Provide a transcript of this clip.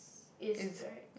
Iz right